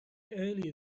earlier